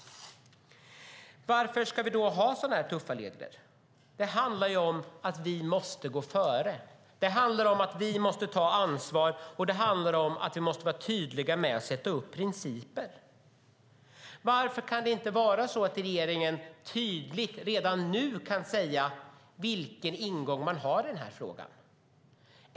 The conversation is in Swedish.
Varför ska vi ha så tuffa regler? Det handlar om att vi måste gå före, det handlar om att vi måste ta ansvar, och det handlar om att vi måste vara tydliga med att sätta upp principer. Varför kan regeringen inte redan nu säga vilken ingång man har i denna fråga?